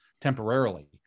temporarily